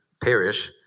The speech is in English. perish